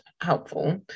helpful